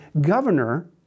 governor